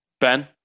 Ben